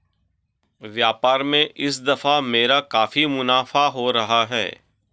व्यापार में इस दफा मेरा काफी मुनाफा हो रहा है